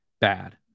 bad